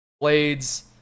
blades